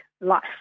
life